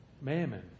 Mammon